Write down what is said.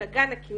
של אגן הכינרת,